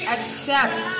Accept